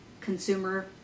consumer